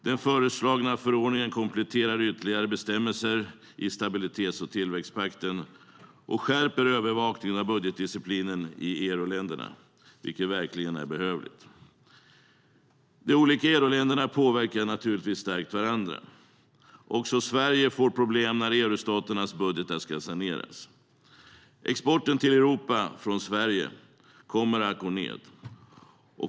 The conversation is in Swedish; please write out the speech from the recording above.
Den föreslagna förordningen kompletterar ytterligare bestämmelser i stabilitets och tillväxtpakten och skärper övervakningen av budgetdisciplinen i euroländerna, vilket verkligen är behövligt. De olika euroländerna påverkar givetvis starkt varandra. Också Sverige får problem när eurostaternas budgetar ska saneras. Exporten till Europa från Sverige kommer att gå ned.